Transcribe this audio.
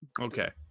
Okay